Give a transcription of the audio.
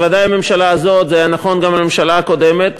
בוודאי הממשלה הזאת זה היה נכון גם לממשלה הקודמת,